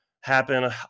happen